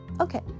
Okay